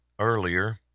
earlier